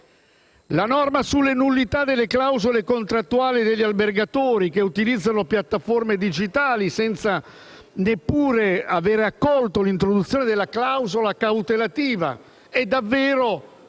la norma sulla nullità delle clausole contrattuali degli albergatori che utilizzano piattaforme digitali, senza neppure aver accolto l'introduzione della clausola cautelativa. Questa è davvero una norma tre